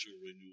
renewal